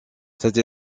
cette